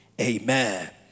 Amen